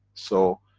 so.